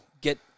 get